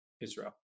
israel